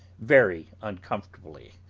very uncomfortably.